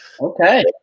Okay